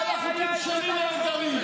גם החוקים שלי נהדרים.